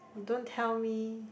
you don't tell me